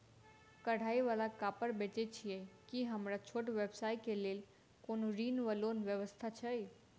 कढ़ाई वला कापड़ बेचै छीयै की हमरा छोट व्यवसाय केँ लेल कोनो ऋण वा लोन व्यवस्था छै?